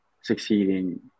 succeeding